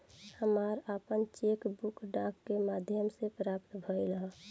हमरा आपन cheque book डाक के माध्यम से प्राप्त भइल ह